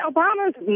Obama's